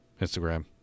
instagram